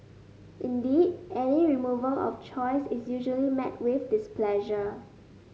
indeed any removal of choice is usually met with displeasure